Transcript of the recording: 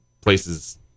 places